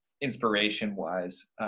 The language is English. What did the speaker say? inspiration-wise